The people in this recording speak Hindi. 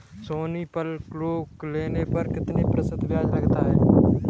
सोनी पल लोन लेने पर कितने प्रतिशत ब्याज लगेगा?